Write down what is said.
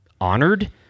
honored